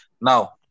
Now